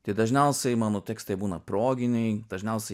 tai dažniausiai mano tekstai būna proginiai dažniausiai